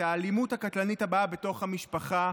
במניעת האלימות הקטלנית הבאה בתוך המשפחה,